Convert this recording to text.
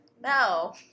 no